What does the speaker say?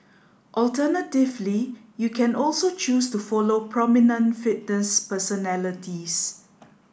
alternatively you can also choose to follow prominent fitness personalities